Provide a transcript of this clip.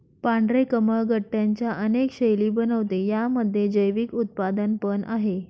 पांढरे कमळ गट्ट्यांच्या अनेक शैली बनवते, यामध्ये जैविक उत्पादन पण आहे